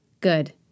Good